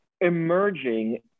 emerging